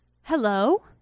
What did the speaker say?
Hello